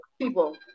people